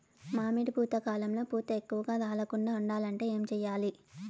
మామిడి పూత కాలంలో పూత ఎక్కువగా రాలకుండా ఉండాలంటే ఏమి చెయ్యాలి?